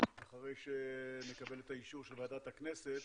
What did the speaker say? אחרי שנקבל את האישור של ועדת הכנסת.